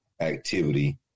activity